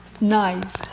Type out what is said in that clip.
Nice